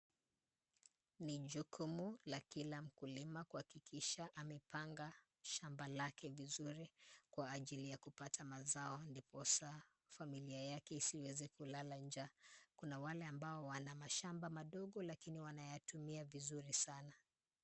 Ni jukumu la kila mkulima kuhakikisha amepanga shamba lake vizuri, kwa ajili ya kupata mazao, ndiposa familia yake isiweze kulala njaa. Kuna wale ambao wana mashamba madogo lakini wanayatumia vizuri sana.